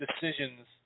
decisions